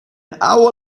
hour